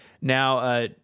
now